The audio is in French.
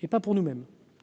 Et pas pour nous-mêmes